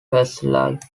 facelift